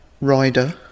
Rider